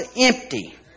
empty